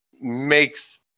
makes